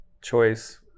choice